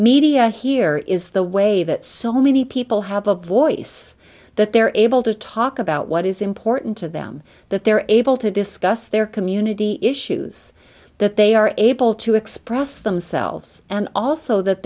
media here is the way that so many people have a voice that they're able to talk about what is important to them that they're able to discuss their community issues that they are able to express themselves and also that